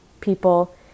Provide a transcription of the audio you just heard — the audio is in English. people